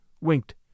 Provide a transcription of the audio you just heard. winked